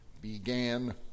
Began